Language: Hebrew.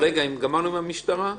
גמרנו עם המשטרה?